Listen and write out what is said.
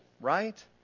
right